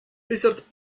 peseurt